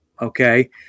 okay